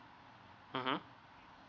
mmhmm